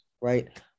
Right